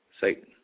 Satan